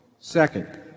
second